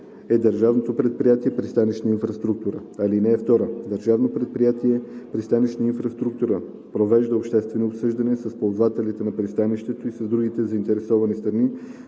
е Държавно предприятие „Пристанищна инфраструктура“. (2) Държавно предприятие „Пристанищна инфраструктура“ провежда обществени обсъждания с ползвателите на пристанището и с другите заинтересувани страни